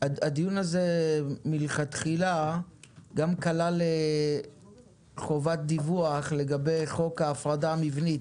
הדיון הזה כלל מלכתחילה גם חובת דיווח לגבי חוק ההפרדה המבנית